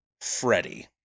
Freddie